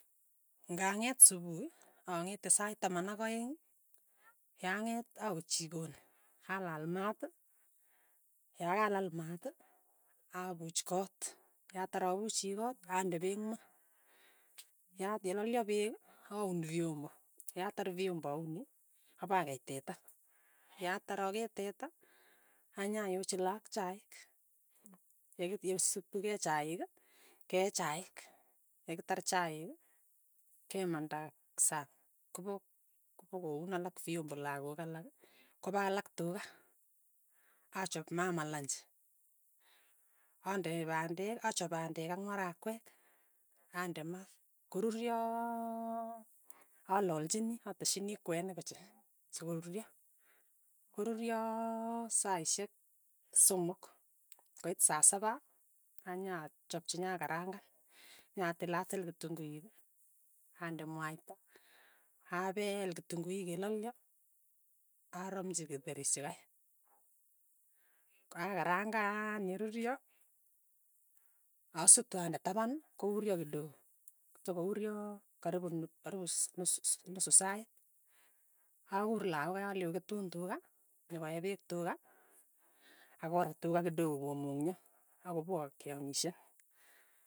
Ng'ang'eet supuhi, ang'ete sait taman ak aeng', yang'et awe chikoni, alaal maat, ya ka laal mat, apuch koot, yatar apuchi kot, ande pek ma, yat yelalyo pek, aun fyombo, yatar fyombo auni apakei teta, yatar akee teta anyayochi laak chaik, yek- yeisutukei chaik, ke chaik, yekitar chaik kemanda sang, kopo kopokoun alak fyombo lakok alak, kopa alak tuka, achap mama lanchi, ande pandek achap pandek ak marakwek, ande ma, koruryoo alachini, ateschini kwenik koche sikoruryo, koruryooo saishek somok, koit sa sapaa. anyachapchi nyakarang'an, nyatil a til kitunguik, ande mwaita, apeeel kitunguik yelalyo aramchi kitheri is chikai, akarangaan yeruryo asutu ande tapan kouryo kidogo, kotokouryoo karipu nu karipu ss nusu ss nusu sait, akuur lakok alei oketun tuka, nyokoee peek tuka, akorat tuka kidogo komung'yo, akopoa keamishe.